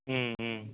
ம் ம்